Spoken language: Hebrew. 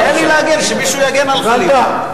בבקשה.